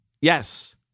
Yes